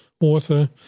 author